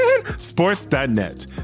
sports.net